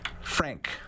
Frank